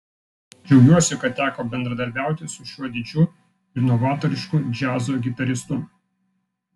džiaugiuosi kad teko bendradarbiauti su šiuo didžiu ir novatorišku džiazo gitaristu